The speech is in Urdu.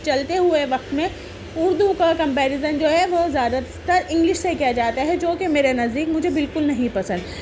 چلتے ہوئے وقت میں اردو کا کمپیریزن جو ہے وہ زیادہ تر انگلش سے کیا جاتا ہے جوکہ میرے نزدیک مجھے بالکل نہیں پسند